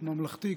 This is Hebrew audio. ממלכתי,